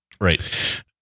Right